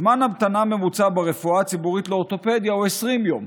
זמן המתנה ממוצע ברפואה הציבורית לאורתופדיה הוא 20 יום,